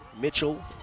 Mitchell